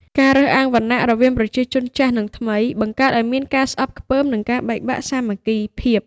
ការរើសអើងវណ្ណៈរវាងប្រជាជនចាស់ និងថ្មី បង្កើតឱ្យមានការស្អប់ខ្ពើម និងការបែកបាក់សាមគ្គីភាព។